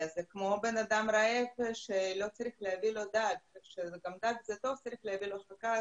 זה כמו בן אדם רעב שלא צריך לתת לו דג אלא צריך לתת לו חכה,